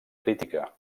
crítica